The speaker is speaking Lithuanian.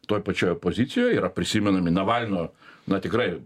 toj pačioj opozicijoj yra prisimenami navalno na tikrai